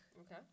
okay